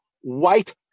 white